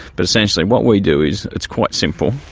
but essentially what we do is, it's quite simple,